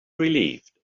relieved